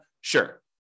Sure